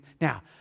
Now